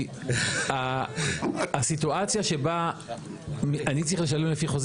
כי הסיטואציה שבה אני צריך לשלם לפי חוזה